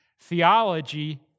Theology